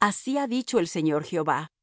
así ha dicho el señor jehová yo